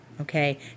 okay